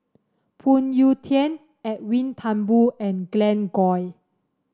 Phoon Yew Tien Edwin Thumboo and Glen Goei